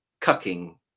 cucking